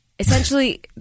Essentially